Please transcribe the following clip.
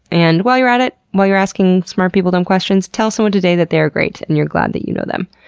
and while you're at it, while you're asking smart people dumb questions, tell someone today that they are great and you're glad that you know them.